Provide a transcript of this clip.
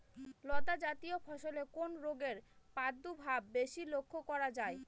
লতাজাতীয় ফসলে কোন রোগের প্রাদুর্ভাব বেশি লক্ষ্য করা যায়?